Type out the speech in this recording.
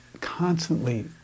constantly